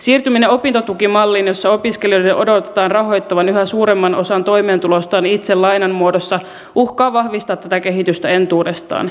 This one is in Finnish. siirtyminen opintotukimalliin jossa opiskelijoiden odotetaan rahoittavan yhä suuremman osan toimeentulostaan itse lainan muodossa uhkaa vahvistaa tätä kehitystä entuudestaan